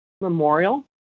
Memorial